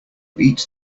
eat